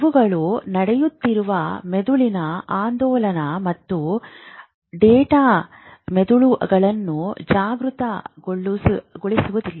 ಇವುಗಳು ನಡೆಯುತ್ತಿರುವ ಮೆದುಳಿನ ಆಂದೋಲನ ಮತ್ತು ಡೆಲ್ಟಾ ಮೆದುಳನ್ನು ಜಾಗೃತಗೊಳಿಸುವುದಿಲ್ಲ